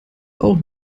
auch